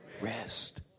Rest